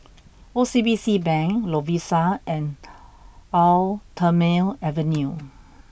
O C B C Bank Lovisa and Eau Thermale Avene